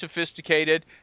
sophisticated